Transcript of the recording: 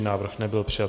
Návrh nebyl přijat.